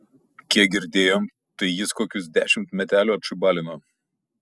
kiek girdėjom tai jis kokius dešimt metelių atšybalino